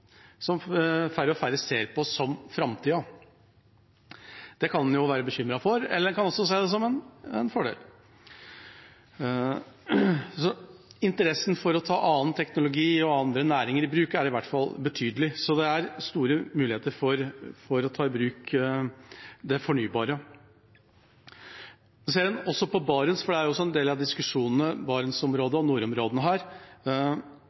færre og færre ser på som framtida, og det kan en være bekymret for eller se som en fordel. Interessen for å ta i bruk annen teknologi og andre næringer er i hvert fall betydelig, så det er store muligheter for å ta i bruk det fornybare. Ser en også på Barentsområdet – for Barentsområdet og nordområdene er også en del av diskusjonene her